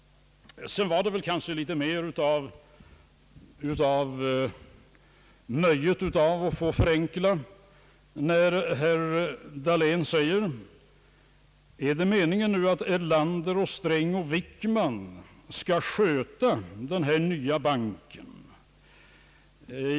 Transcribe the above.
Kanske var det mest för nöjet att få förenkla som herr Dahlén sade: är det meningen att Erlander, Sträng och Wickman skall sköta den nya banken?